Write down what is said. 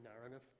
narrative